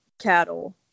cattle